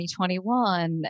2021